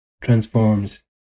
transforms